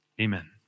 Amen